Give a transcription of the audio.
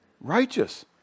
Righteous